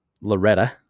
Loretta